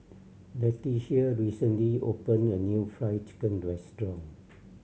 Letitia recently opened a new Fried Chicken restaurant